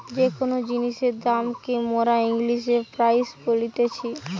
যে কোন জিনিসের দাম কে মোরা ইংলিশে প্রাইস বলতিছি